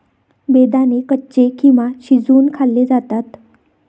बेदाणे कच्चे किंवा शिजवुन खाल्ले जातात